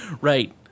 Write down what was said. Right